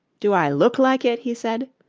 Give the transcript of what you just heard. do i look like it he said.